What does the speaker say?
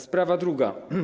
Sprawa druga.